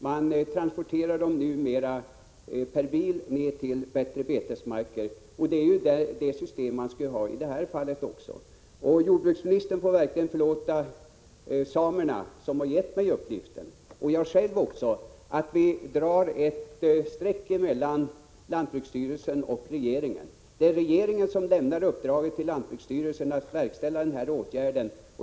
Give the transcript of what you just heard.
Man transporterar numera renarna per bil till bättre betesmark, och det är det systemet man skulle ha i det här fallet också. Jordbruksministern får verkligen förlåta samerna, som har givit mig uppgiften, och mig också, att vi drar ett streck mellan lantbruksstyrelsen och regeringen. Det är regeringen som lämnar uppdraget till lantbruksstyrelsen att verkställa den här åtgärden.